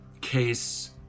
case